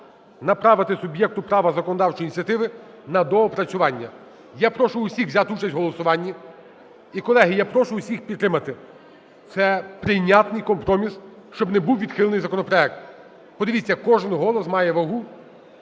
направити суб'єкту права законодавчої ініціативи на доопрацювання. Я прошу всіх взяти участь у голосуванні. І, колеги, я прошу всіх підтримати. Це прийнятний компроміс, щоб не був відхилений законопроект. Подивіться, кожен голос має вагу.